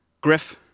Griff